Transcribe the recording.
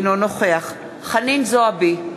אינו נוכח חנין זועבי,